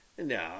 No